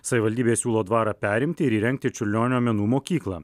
savivaldybė siūlo dvarą perimti ir įrengti čiurlionio menų mokyklą